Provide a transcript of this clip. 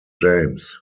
james